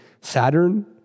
Saturn